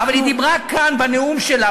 אבל היא דיברה כאן בנאום שלה,